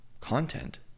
content